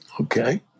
Okay